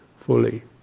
fully